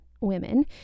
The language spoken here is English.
women